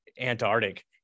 Antarctic